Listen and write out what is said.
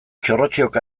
txorrotxioka